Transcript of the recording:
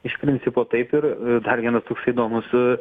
iš principo taip ir dar vienas toks įdomus